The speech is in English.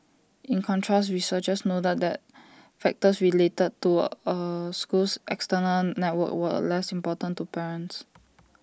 in contrast researchers noted that factors related to A school's external network were less important to parents